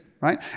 right